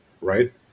right